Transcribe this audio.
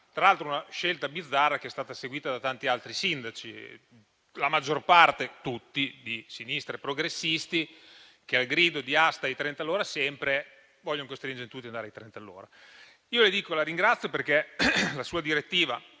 Tra l'altro, una scelta bizzarra che è stata seguita da tanti altri sindaci: la maggior parte, anzi tutti, di sinistra e progressisti, che, al grido di "*Hasta* i 30 all'ora sempre", vogliono costringere tutti ad andare a 30 chilometri all'ora. Signor Ministro, io la ringrazio per la sua direttiva